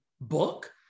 book